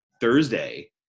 Thursday